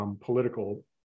political